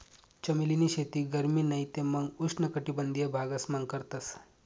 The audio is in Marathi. चमेली नी शेती गरमी नाही ते मंग उष्ण कटबंधिय भागस मान करतस